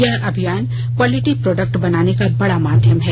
यह अभियान quality product बनाने का बड़ा माध्यम है